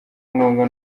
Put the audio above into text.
ngombwa